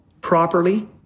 properly